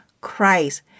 Christ